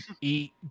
eat